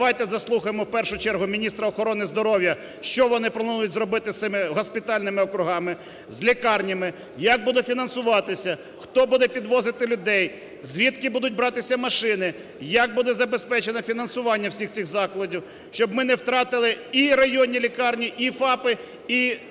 Давайте заслухаємо, в першу чергу, міністра охорони здоров'я, що вони планують зробити з цими госпітальними округами, з лікарнями, як буде фінансуватися, хто буде підвозити людей, звідки будуть братися машини, як буде забезпечене фінансування всіх цих закладів, щоб ми не втратили і районні лікарні, і ФАПи, і